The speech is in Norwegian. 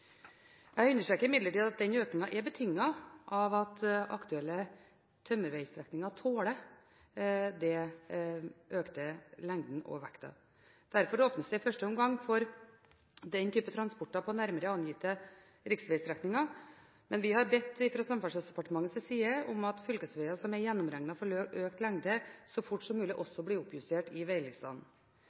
Jeg understreker imidlertid at den økningen er betinget av at aktuelle tømmervegstrekninger tåler den økte lengden og vekten. Derfor åpnes det i første omgang for den type transport på nærmere angitte riksvegstrekninger, men vi har fra Samferdselsdepartementets side bedt om at fylkesveger som er gjennomregnet for økt lengde, så fort som mulig også blir oppjustert i